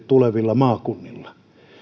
tulevilla maakunnilla